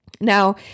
Now